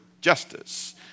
justice